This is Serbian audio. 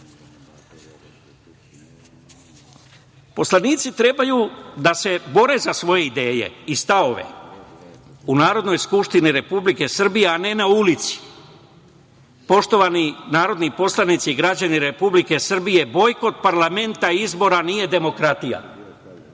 Poslanici trebaju da se bore za svoje ideje i stavove u Narodnoj skupštini Republike Srbije, a ne na ulici. Poštovani narodni poslanici i građani Republike Srbije, bojkot parlamenta i izbora nije demokratija,